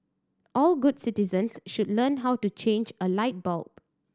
all good citizens should learn how to change a light bulb